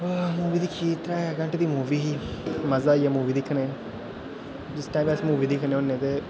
movie दिक्खी आसें त्रै घैंटें दी मूवी ही मजा आइया मूवी दिक्खने गी जिस टाइम अस मूवी दिक्खने होन्ने ते